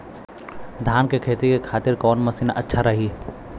धान के खेती के खातिर कवन मशीन अच्छा रही?